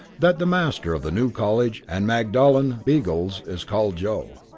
that the master of the new college and magdalen beagles is called joe.